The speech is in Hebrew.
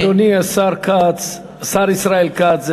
אדוני השר ישראל כץ,